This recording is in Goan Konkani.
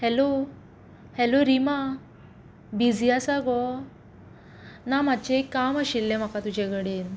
हेलो हेलो रिमा बिझी आसा गो ना मातशें एक काम आशिल्लें म्हाका तुजे कडेन